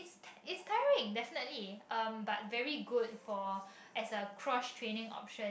it's it's tiring definitely um but very good for as a cross training option